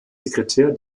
sekretär